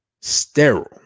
sterile